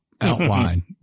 outline